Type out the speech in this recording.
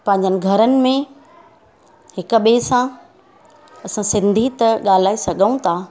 पंहिंजनि घरनि में हिक ॿिए सां असां सिंधी त ॻाल्हाए सघूं था